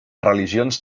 religions